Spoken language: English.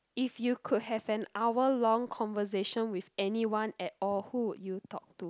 if you could have an hour long conversation with anyone at all who would you talk to